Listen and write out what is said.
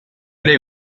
lei